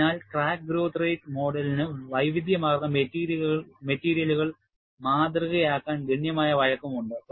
അതിനാൽ crack growth rate മോഡലിന് വൈവിധ്യമാർന്ന മെറ്റീരിയലുകൾ മാതൃകയാക്കാൻ ഗണ്യമായ വഴക്കമുണ്ട്